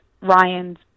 Ryan's